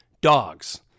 dogs